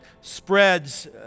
spreads